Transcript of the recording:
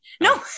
no